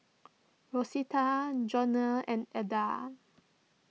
Rosita Joanie and Elda